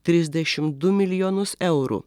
trisdešim du milijonus eurų